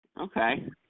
okay